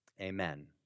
Amen